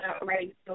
already